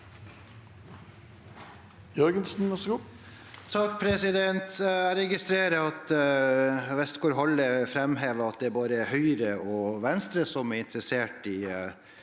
Jeg registrerer at Westgaard-Halle framhever at det bare er Høyre og Venstre som er interessert i